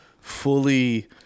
fully